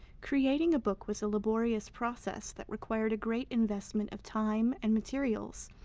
creating a book was a laborious process that required a great investment of time and materials,